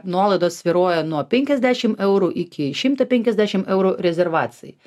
nuolaidos svyruoja nuo penkiasdešim eurų iki šimto penkiasdešim eurų rezervacijai